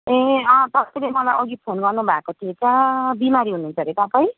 ए अँ तपाईँले मलाई अघि फोन गर्नुभएको थिएछ बिमारी हुनुहुन्छ अरे तपाईँ